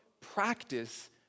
practice